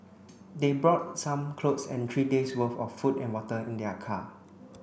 they brought some clothes and three days' worth of food and water in their car